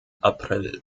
april